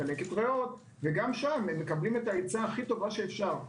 על דלקת ריאות וגם שם מקבלים את העצה הכי טובה שאפשר.